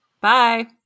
bye